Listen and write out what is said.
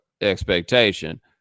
expectation